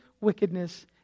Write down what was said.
wickedness